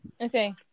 Okay